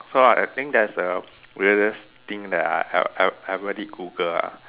so I think that's the weirdest thing that I I I ever did Google lah